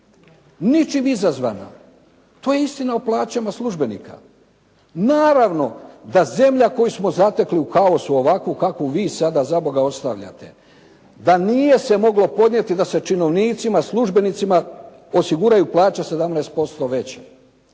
Ničim izazvana. To je istina o plaćama službenika. Naravno da zemlja koju smo zatekli u kaosu ovakvu kakvu vi sada zaboga ostavljate. Da nije se moglo podnijeti da se činovnicima, službenicima osiguraju plaće 17% veće.